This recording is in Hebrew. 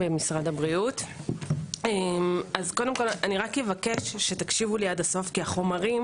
ראשית, אבקש שתקשיבו לי עד הסוף, כי החומרים